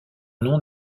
nom